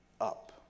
up